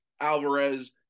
Alvarez